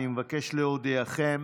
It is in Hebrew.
אני מבקש להודיעכם